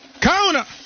Kona